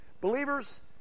Believers